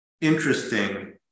interesting